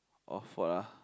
of what ah